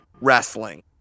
wrestling